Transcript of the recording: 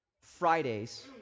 Fridays